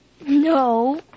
No